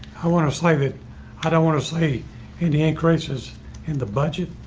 i want to say that i don't want to say any increases in the budget.